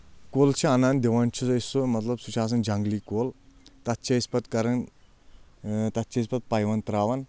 کُل چھِ انان دِوان چھُ أسۍ سُہ مطلب سُہ چھُ آسان جنٛگلی کُل تتھ چھِ أسۍ پتہٕ کران تتھ چھِ أسۍ پتہٕ پایونٛد تراوان